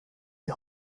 die